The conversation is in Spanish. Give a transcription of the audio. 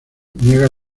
niega